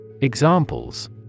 Examples